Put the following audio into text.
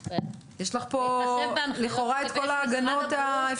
אז יש לך פה לכאורה את כל ההגנות האפשריות.